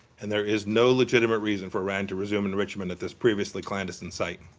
and there is no legitimate reason for iran to resume enrichment at this previously clandestine site.